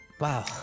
Wow